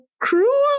cruel